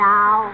Now